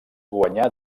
guanyà